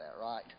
right